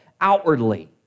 outwardly